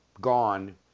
gone